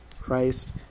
Christ